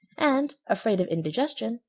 and, afraid of indigestion,